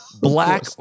black